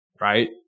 right